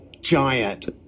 giant